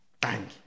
bang